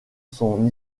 son